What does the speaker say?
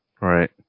Right